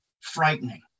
frightening